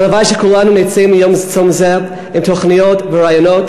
הלוואי שכולנו נצא מיום צום זה עם תוכניות ורעיונות